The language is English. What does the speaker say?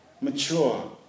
mature